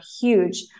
huge